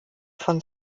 von